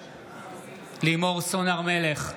בעד לימור סון הר מלך,